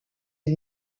est